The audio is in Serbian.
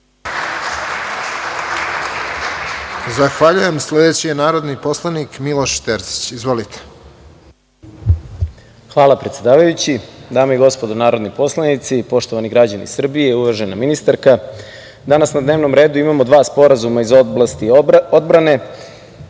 Zahvaljujem. Sledeći je narodni poslanik Miloš Terzić. Izvolite. **Miloš Terzić** Hvala, predsedavajući. Dame i gospodo narodni poslanici, poštovani građani Srbije, uvažena ministarka, danas na dnevnom radu imamo dva sporazuma iz oblasti odbrane.